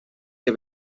que